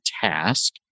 task